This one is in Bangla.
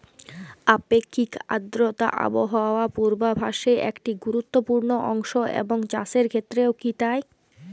আপেক্ষিক আর্দ্রতা আবহাওয়া পূর্বভাসে একটি গুরুত্বপূর্ণ অংশ এবং চাষের ক্ষেত্রেও কি তাই?